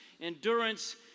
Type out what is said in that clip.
Endurance